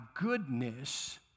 goodness